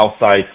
outside